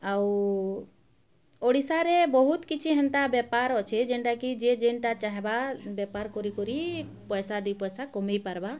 ଆଉ ଓଡ଼ିଶାରେ ବହୁତ କିଛି ହେନ୍ତା ବେପାର୍ ଅଛେ ଯେନ୍ଟାକି ଯିଏ ଯେନ୍ଟା ଚାହେବା ବେପାର୍ କରି କରି ପଇସା ଦି ପଇସା କମେଇ ପାର୍ବା